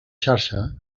xarxa